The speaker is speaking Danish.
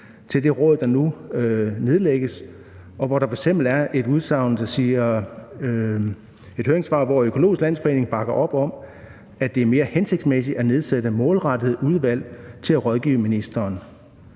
til det råd, der nu nedlægges, og hvor der f.eks. er et udsagn, nemlig i et høringssvar, hvor Økologisk Landsforening bakker op om, at det er mere hensigtsmæssigt at nedsætte målrettede udvalg til at rådgive ministeren